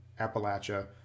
Appalachia